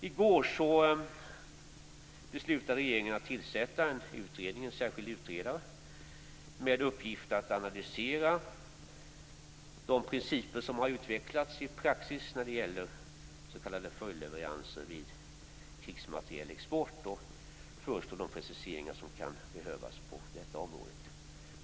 I går beslutade regeringen att tillsätta en särskild utredare med uppgift att analysera de principer som har utvecklats i praxis när det gäller s.k. följdleveranser vid krigsmaterielexport och föreslå de preciseringar som kan behövas på området.